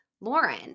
Lauren